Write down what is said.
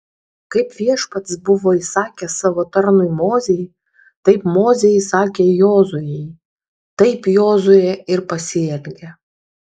kaip viešpats buvo įsakęs savo tarnui mozei taip mozė įsakė jozuei taip jozuė ir pasielgė